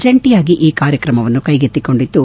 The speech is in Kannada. ಜಂಟಿಯಾಗಿ ಈ ಕಾರ್ಯಕ್ರಮವನ್ನು ಕೈಗೆತ್ತಿಕೊಂಡಿದ್ದು